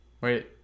Wait